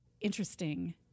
interesting